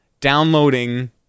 Downloading